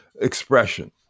expression